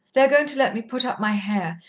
they are going to let me put up my hair,